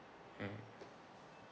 mm